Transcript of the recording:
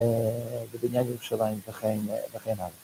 ‫בבניין ירושלים וכן הלאה.